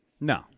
No